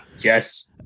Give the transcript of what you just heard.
yes